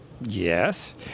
yes